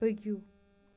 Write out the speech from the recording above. پٔکِو